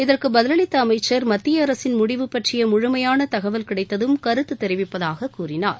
இதற்கு பதிலளித்த அமைச்சர் மத்திய அரசின் முடிவு பற்றிய முழுமையான தகவல் கிடைத்ததும் கருத்து தெரிவிப்பதாக கூறினார்